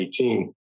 2018